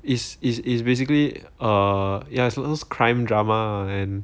is is is basically err ya it's also crime drama and